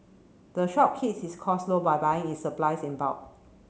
the shop keeps its costs low by buying its supply in bulk